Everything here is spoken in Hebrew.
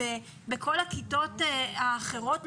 בכל הכיתות האחרות,